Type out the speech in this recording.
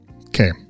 Okay